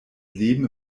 leben